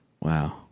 Wow